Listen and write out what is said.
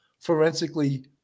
forensically